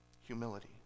Humility